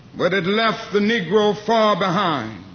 but it left the negro far behind.